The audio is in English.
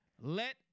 Let